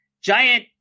giant